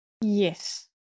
Yes